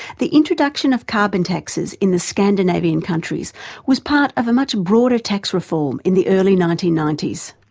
the introduction of carbon taxes in the scandinavian countries was part of a much broader tax reform in the early nineteen ninety s.